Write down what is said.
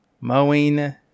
mowing